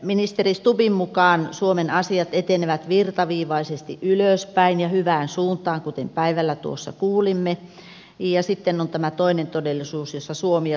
ministeri stubbin mukaan suomen asiat etenevät virtaviivaisesti ylöspäin ja hyvään suuntaan kuten päivällä tuossa kuulimme ja sitten on tämä toinen todellisuus jossa suomi ja suomalaiset elävät